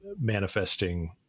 manifesting